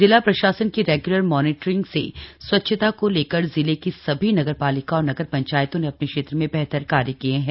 जिला प्रशासन की रेग्यूलर मॉनिटरिंग से स्वच्छता को लेकर जिले की सभी नगर पालिका और नगर पंचायतों ने अपने क्षेत्र में बेहतर कार्य किए है